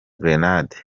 grenade